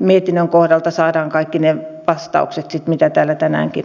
mietinnön kohdalta saadaan kaikki ne vastaukset mitä täällä tänäänkin on käyty läpi